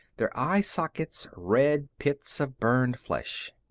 their eye-sockets red pits of burned flesh.